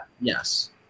Yes